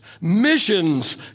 Missions